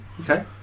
Okay